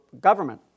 government